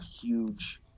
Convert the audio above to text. huge